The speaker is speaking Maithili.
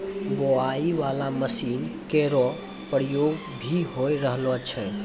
बोआई बाला मसीन केरो प्रयोग भी होय रहलो छै